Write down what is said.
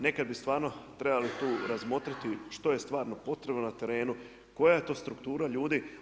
Nekad bi stvarno trebali tu razmotriti što je stvarno potrebno na terenu, koja je to struktura ljudi.